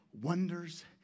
Wonders